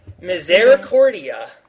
Misericordia